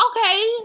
Okay